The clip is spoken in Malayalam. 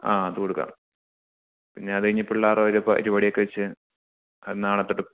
ആ അത് കൊടുക്കാം പിന്നെ അത് കഴിഞ്ഞ് പിള്ളേരുടെ ഒരു പരിപാടിയൊക്കെ വച്ച് നാളെ തൊട്ട്